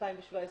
ב-2017